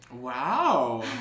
Wow